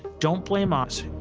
don't blame us.